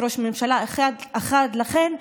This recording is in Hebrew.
עד שלוש דקות לרשותך.